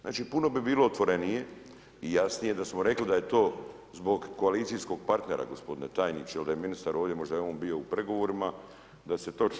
Znači puno bi bilo otvorenije i jasnije da smo rekli da je to zbog koalicijskog partnera gospodine tajniče, jer da je ministar ovdje možda je on bio u pregovorima, da se točno.